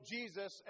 Jesus